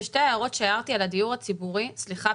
בשתי ההערות שהערתי על הדיור הציבורי סליחה,